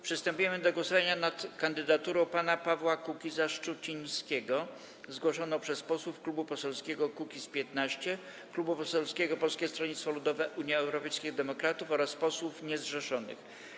Przystępujemy do głosowania nad kandydaturą pana Pawła Kukiza-Szczucińskiego zgłoszoną przez posłów Klubu Poselskiego Kukiz’15, Klubu Poselskiego Polskiego Stronnictwa Ludowego - Unii Europejskich Demokratów oraz posłów niezrzeszonych.